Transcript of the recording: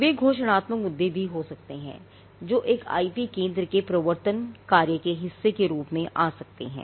वे घोषणात्मक मुक़दमे भी हो सकते हैं जो एक आईपी केंद्र के प्रवर्तन कार्य के हिस्से के रूप में आ सकते हैं